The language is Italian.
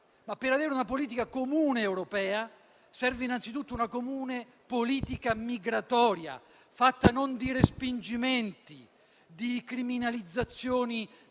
ma per avere una politica comune europea serve innanzitutto una comune politica migratoria, fatta non di respingimenti, di criminalizzazione